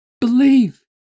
believe